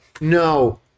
no